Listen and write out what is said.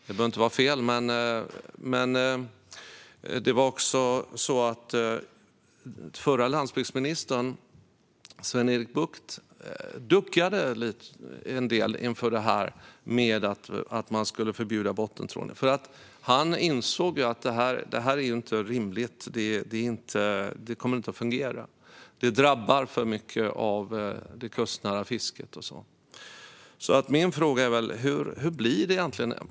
Det behöver inte vara fel, men det var också så att förra landsbygdsministern Sven-Erik Bucht duckade en del inför att man skulle förbjuda bottentrålning. Han insåg nämligen att det inte är rimligt. Det kommer inte att fungera. Det drabbar för stor del av det kustnära fisket. Min fråga är: Hur blir det egentligen?